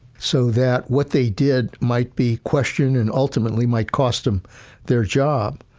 so that what they did might be questioned, and ultimately, might cost them their job,